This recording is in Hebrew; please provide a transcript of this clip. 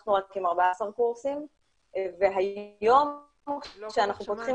נשארנו רק עם 14 קורסים והיום כשאנחנו פותחים